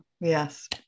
Yes